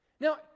Now